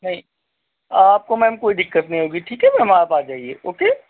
नहीं आपको मैम कोई दिक्कत नहीं होगी ठीक है मैम आप आ जाईए ओके